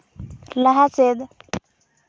ᱞᱟᱦᱟ ᱥᱮᱫ